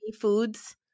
foods